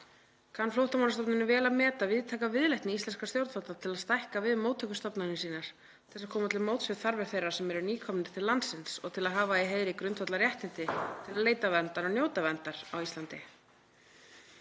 kann Flóttamannastofnunin vel að meta víðtæka viðleitni íslenskra stjórnvalda til að stækka við móttökustofnanir sínar til að koma til móts við þarfir þeirra sem eru nýkomnir til landsins og til að hafa í heiðri grundvallarréttindi til að leita verndar og njóta verndar á Íslandi.